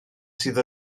sydd